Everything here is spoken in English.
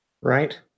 right